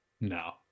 No